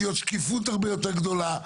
חייבת להיות שקיפות הרבה יותר גדולה.